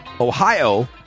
Ohio